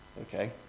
okay